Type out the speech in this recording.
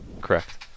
Correct